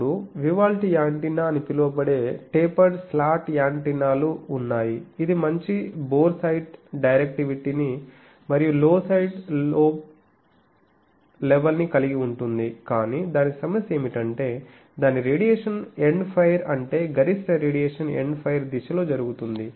అప్పుడు Vivaldi antenna అని పిలువబడే టేపర్డ్ స్లాట్ యాంటెన్నాలు ఉన్నాయి ఇది మంచి బోర్ సైట్ డైరెక్టివిటీ మరియు లో సైడ్ లోబ్ లెవెల్ ని కలిగి ఉంటుంది కానీ దాని సమస్య ఏమిటంటే దాని రేడియేషన్ ఎండ్ ఫైర్ అంటే గరిష్ట రేడియేషన్ ఎండ్ ఫైర్ దిశలో జరుగుతుంది